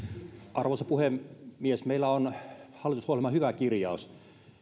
arvoisa puhemies meillä on hallitusohjelmassa hyvä kirjaus